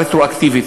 רטרואקטיבית,